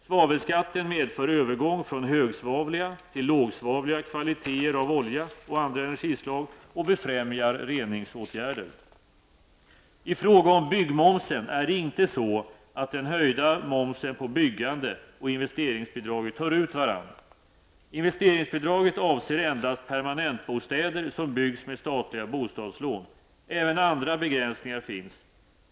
Svavelskatten medför övergång från högsvavliga till lågsvavliga kvaliteter av olja och andra energislag och befrämjar reningsåtgärder. I fråga om byggmomsen är det inte så att den höjda momsen på byggande och investeringsbidraget tar ut varandra. Investeringsbidraget avser endast permanentbostäder som byggs med statliga bostadslån. Även andra begränsningar finns.